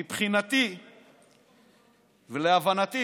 שמבחינתי ולהבנתי